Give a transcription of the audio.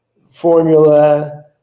formula